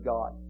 God